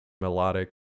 melodic